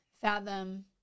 fathom